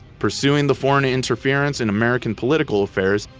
pursuing the foreign interference in american political affairs,